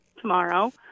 tomorrow